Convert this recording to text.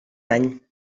any